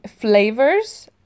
flavors